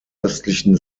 östlichen